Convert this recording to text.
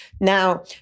Now